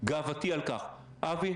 בלשכה בתל-אביב,